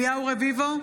אליהו רביבו,